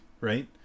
right